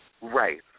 Right